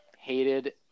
hated